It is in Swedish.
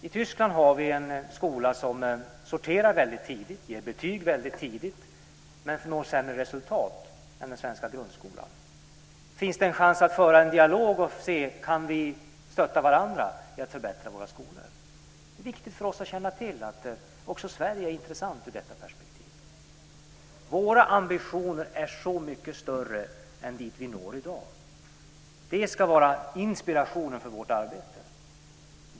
I Tyskland finns en skola där det sker en tidig sortering och betyg ges tidigt. Men resultaten blir sämre än för den svenska grundskolan. De undrade om det fanns en chans att föra en dialog för att stötta varandra så att vi kan förbättra våra skolor. Det är viktigt för oss att känna till att också Sverige är intressant ur detta perspektiv. Våra ambitioner är så mycket större än dit vi når i dag. Det ska vara inspirationen för vårt arbete.